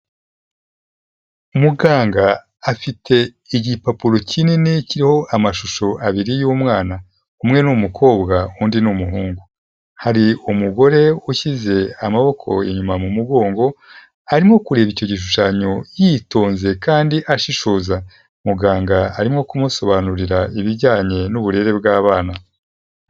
Muganga afite igipapuro kinini kiriho amashusho abiri y'umwana. Umwe ni umukobwa, undi ni umuhungu. Hari umugore ushyize amaboko inyuma mu mugongo, arimo kureba icyo gishushanyo yitonze kandi ashishoza. Muganga arimo kumusobanurira ibijyanye n'uburere bw'abana.